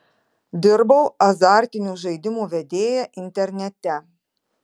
dirbau azartinių žaidimų vedėja internete